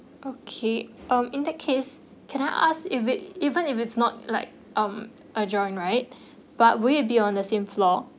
okay um in that case can I ask if it even if it's not like um adjoin right but will it be on the same floor